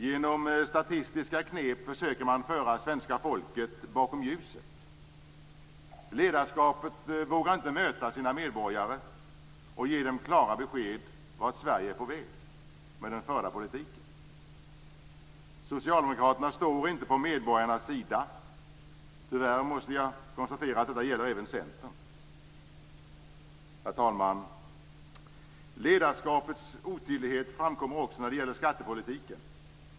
Genom statistiska knep försöker man föra svenska folket bakom ljuset. Ledarskapet vågar inte möta sina medborgare och ge dem klara besked vart Sverige är på väg med den förda politiken. Socialdemokraterna står inte på medborgarnas sida - och tyvärr måste jag konstatera att detta gäller även Centern. Herr talman! Ledarskapets otydlighet framkommer också när det gäller skattepolitiken.